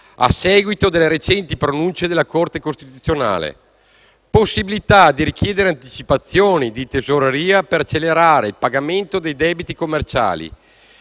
a seguito delle recenti pronunce della Corte costituzionale; possibilità di richiedere anticipazioni di tesoreria per accelerare il pagamento dei debiti commerciali;